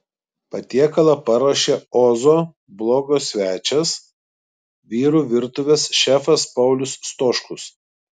patiekalą paruošė ozo blogo svečias vyrų virtuvės šefas paulius stoškus